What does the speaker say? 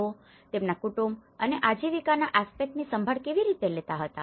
તેઓ તેમના કુટુંબ અને આજીવિકાના આસ્પેક્ટની સંભાળ કેવી રીતે લેતા હતા